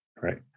right